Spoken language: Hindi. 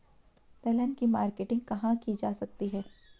दलहन की मार्केटिंग कहाँ की जा सकती है?